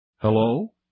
Hello